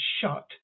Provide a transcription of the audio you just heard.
shut